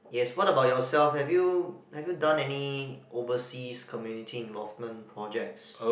yes what about yourself have you have you done any overseas community involvement projects